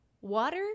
water